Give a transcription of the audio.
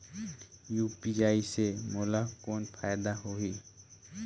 UPI से मोला कौन फायदा होही?